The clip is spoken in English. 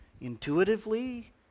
intuitively